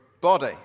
body